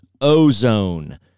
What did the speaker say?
Ozone